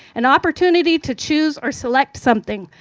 an opportunity to choose or select something.